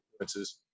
influences